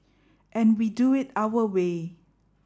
and we do it our way